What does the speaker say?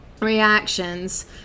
reactions